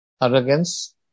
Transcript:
arrogance